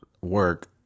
work